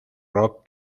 rock